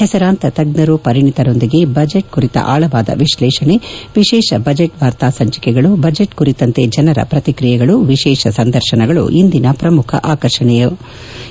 ಹೆಸರಾಂತ ತಜ್ಞರು ಪರಿಣಿತರೊಂದಿಗೆ ಬಜೆಟ್ನ ಆಳವಾದ ವಿಶ್ಲೇಷಣೆ ವಿಶೇಷ ಬಜೆಟ್ ವಾರ್ತಾ ಸಂಚಿಕೆಗಳು ಬಜೆಟ್ ಕುರಿತಂತೆ ಜನರ ವ್ರತಿಕ್ರಿಯೆಗಳು ವಿಶೇಷ ಸಂದರ್ಶನಗಳು ಇಂದಿನ ಪ್ರಮುಖ ಆಕರ್ಷಣೆಯಾಗಲಿವೆ